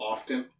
Often